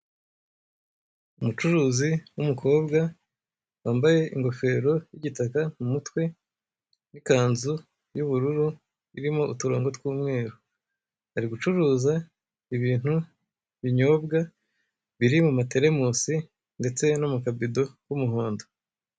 Umucuruzi w'umukobwa, wambaye ingofero y'igitaka mu mutwe n'ikanzu y'ubururu irimo uturongo tw'umweru, ari gucuruza ibintu binyobwa biri mu materemusi ndetse no mu kabido k'umuhondo.